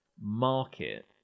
market